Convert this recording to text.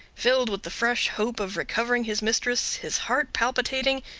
filled with the fresh hope of recovering his mistress, his heart palpitating,